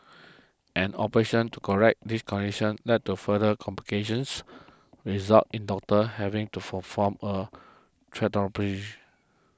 an operation to correct this condition led to further complications result in doctors having to perform a